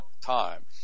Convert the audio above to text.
time